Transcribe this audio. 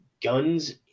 guns